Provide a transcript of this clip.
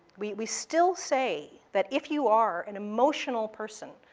we we still say that if you are an emotional person,